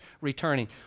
returning